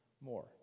more